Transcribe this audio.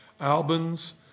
Albans